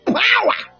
power